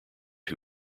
who